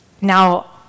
Now